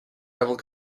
several